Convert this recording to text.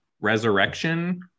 resurrection